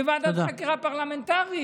בוועדת חקירה פרלמנטרית.